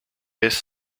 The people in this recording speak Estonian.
eest